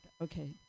okay